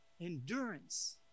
Endurance